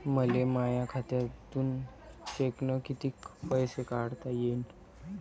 मले माया खात्यातून चेकनं कितीक पैसे काढता येईन?